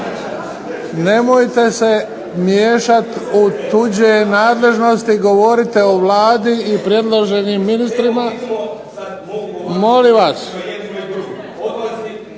Nemojte se miješati u tuđe nadležnosti, govorite o Vladi i o predloženim ministrima. **Kajin,